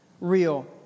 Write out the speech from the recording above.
Real